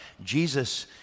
Jesus